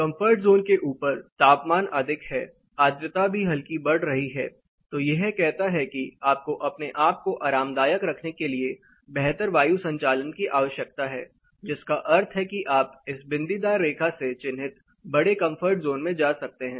comfort zone के ऊपर तापमान अधिक है आर्द्रता भी हल्की बढ़ रही है तो यह कहता है कि आपको अपने आप को आरामदायक रखने के लिए बेहतर वायु संचालन की आवश्यकता है जिसका अर्थ है कि आप इस बिंदीदार रेखा से चिह्नित बड़े कंफर्ट जोन में जा सकते हैं